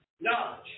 knowledge